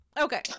Okay